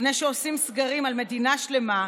לפני שעושים סגרים על מדינה שלמה,